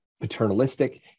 paternalistic